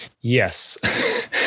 Yes